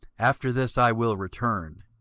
after this i will return,